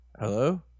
Hello